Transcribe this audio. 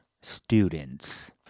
students